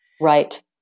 right